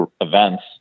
events